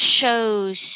shows